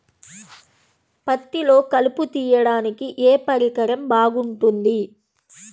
పత్తిలో కలుపు తీయడానికి ఏ పరికరం బాగుంటుంది?